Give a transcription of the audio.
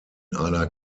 einer